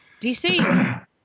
dc